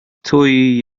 توئی